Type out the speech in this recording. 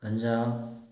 ganja